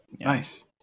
Nice